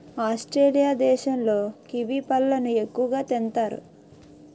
Australia దేశంలో kiwi పళ్ళను ఎక్కువగా తింతారు